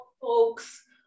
folks